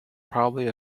probably